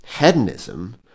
hedonism